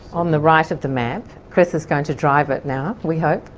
on the right of the map. chris is going to drive it now, we hope.